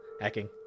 Hacking